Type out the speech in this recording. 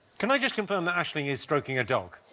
can i just confirm that aisling his stroking a dog?